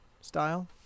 style